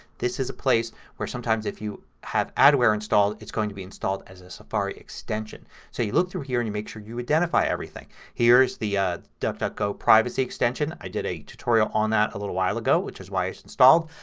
this is a place where sometimes if you had adware installed it's going to be installed as a safari extension. so you look through here and you make sure you identify everything. here's the duckduckgo privacy extension. i did a tutorial on that a little while ago which is why it's installed.